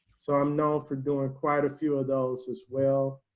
so i'm known for doing quite a few of those as well.